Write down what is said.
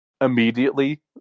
immediately